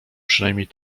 przynajmniej